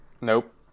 Nope